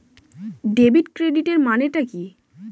Debit ক্রেডিটের মানে টা কি?